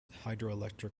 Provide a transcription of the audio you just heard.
hydroelectric